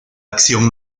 acción